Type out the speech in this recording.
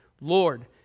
lord